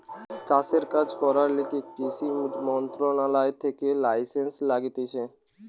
চাষের কাজ করার লিগে কৃষি মন্ত্রণালয় থেকে লাইসেন্স লাগতিছে